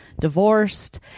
divorced